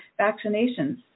vaccinations